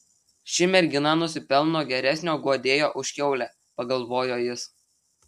ši mergina nusipelno geresnio guodėjo už kiaulę pagalvojo jis